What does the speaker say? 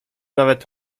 nawet